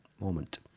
moment